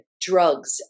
drugs